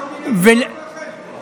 חוק קמיניץ זה לא רק לכם.